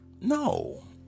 No